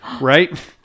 right